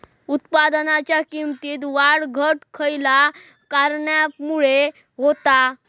उत्पादनाच्या किमतीत वाढ घट खयल्या कारणामुळे होता?